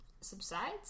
subsides